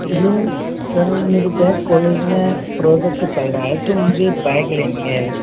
जी sir वो मेरी क्या है कॉलेज में प्रोजेक्ट चल रहा है तो मुझे बाइक लेनी है